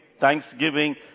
thanksgiving